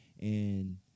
and-